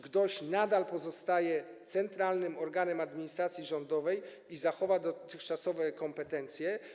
GDOŚ pozostanie centralnym organem administracji rządowej i zachowa dotychczasowe kompetencje.